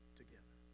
together